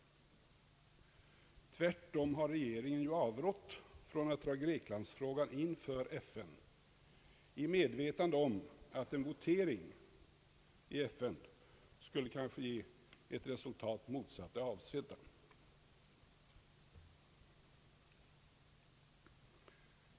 Tvärtom har regeringen ju avrått från att dra Greklandsfrågan inför FN, i medvetande om att en votering i FN kanske skulle ge ett resultat motsatt det avsedda.